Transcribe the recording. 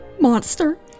monster